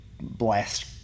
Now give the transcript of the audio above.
blast